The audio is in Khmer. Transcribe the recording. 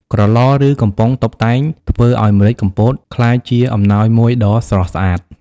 ក្រឡ ឬកំប៉ុងតុបតែងធ្វើឱ្យម្រេចកំពតក្លាយជាអំណោយមួយដ៏ស្រស់ស្អាត។